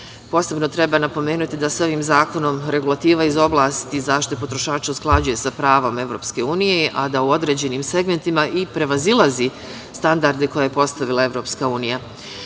EU.Posebno treba napomenuti da se ovim zakonom regulativa iz oblasti zaštite potrošača usklađuje sa pravom EU, a da u određenim segmentima i prevazilazi standarde koje je postavila EU.